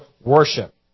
worship